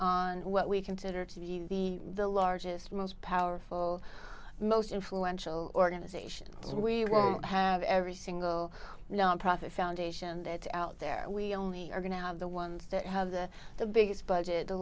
on what we consider to be the largest most powerful most influential organization and we won't have every single nonprofit foundation that out there we only are going to have the ones that have the the biggest budget the